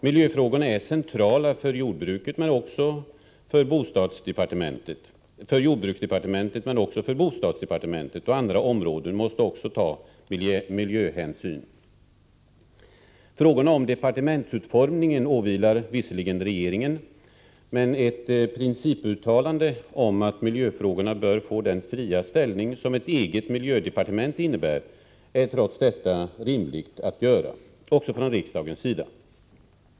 Miljöfrågorna är centrala för jordbruksdepartementet, men också bostadsdepartementet m.fl. måste ta miljöhänsyn. Frågorna om departementsutformningen åvilar visserligen regeringen, men ett principuttalande om att miljöfrågorna bör få den fria ställning som ett eget miljödepartement innebär är trots detta rimligt att göra också från riksdagens sida.